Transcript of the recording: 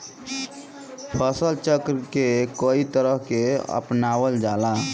फसल चक्र के कयी तरह के अपनावल जाला?